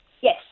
Yes